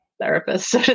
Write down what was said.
therapist